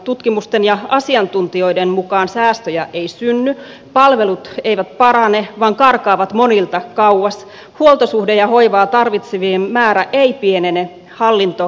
tutkimusten ja asiantuntijoiden mukaan säästöjä ei synny palvelut eivät parane vaan karkaavat monilta kauas huoltosuhde ja hoivaa tarvitsevien määrä ei pienene hallinto ei kevene